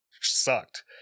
sucked